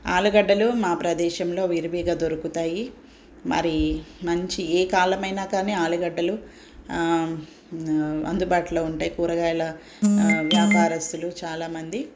ఆలుగడ్డలు మా ప్రదేశంలో విరివిగా దొరుకుతాయి మరి మంచి ఏ కాలమైన కానీ ఆలుగడ్డలు అందుబాటులో ఉంటాయి కూరగాయల వ్యాపారస్తులు చాలామంది